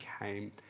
came